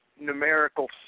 numerical